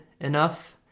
enough